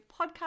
podcast